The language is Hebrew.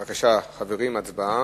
בבקשה, חברים, הצבעה.